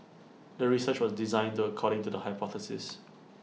the research was designed according to the hypothesis